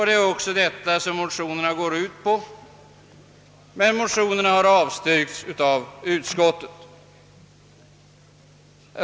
Det är också detta som motionerna innebär, men motionerna har avstyrkts av utskottet.